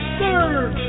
third